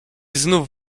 znów